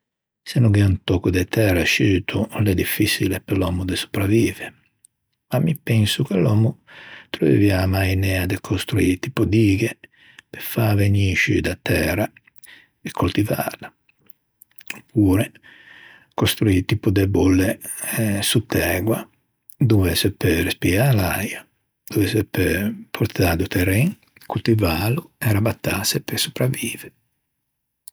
Se no gh'é un tòcco de tæra sciuto l'é diffiçile pe l'òmmo sopravive. Ma mi penso che l'òmmo treuvià a mainea de costruî tipo dighe pe fâ vegnî sciù da tæra e coltivâla. Opure costruî tipo de bolle sott'ægua dove se peu respiâ l'äia, dove se peu portâ do terren, coltivâlo e rabattâse pe sopravive.